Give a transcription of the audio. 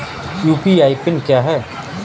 UPI PIN क्या है?